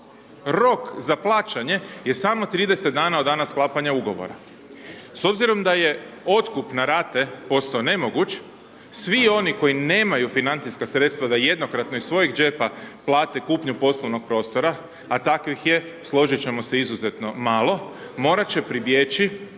rok za plaćanje je samo 30 dana od dana sklapanja Ugovora. S obzirom da je otkup na rate postao nemoguć, svi oni koji nemaju financijska sredstva da jednokratno iz svojih džepa plate kupnju poslovnog prostora, a takvih je, složiti ćemo se izuzetno malo, morati će pribjeći